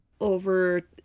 over